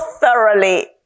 thoroughly